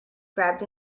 grabbed